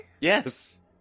Yes